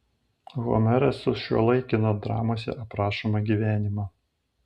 homeras sušiuolaikino dramose aprašomą gyvenimą